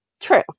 True